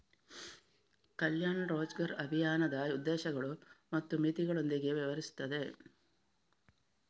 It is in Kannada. ಕಲ್ಯಾಣ್ ರೋಜ್ಗರ್ ಅಭಿಯಾನದ ಉದ್ದೇಶಗಳು ಮತ್ತು ಮಿತಿಗಳೊಂದಿಗೆ ವ್ಯವಹರಿಸುತ್ತದೆ